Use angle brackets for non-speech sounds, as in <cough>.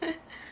<laughs>